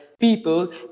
people